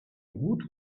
woot